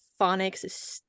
phonics